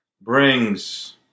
brings